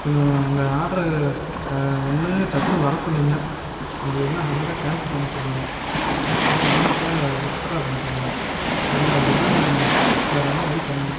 கொஞ்சம் அந்த ஆர்ட்ரு க ஒன்று டக்குன்னு வரச்சொல்லுங்க அப்படி இல்லைன்னா ஆர்டரை கேன்சல் பண்ண சொல்லுங்க கேன்சல் பண்ணி அமௌண்ட்டை வித்துட்ரா பண்ண சொல்லுங்க இல்லை அப்படின்னா வேறு எதனால் வழி பண்ணுங்க